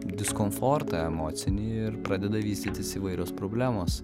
diskomfortą emocinį ir pradeda vystytis įvairios problemos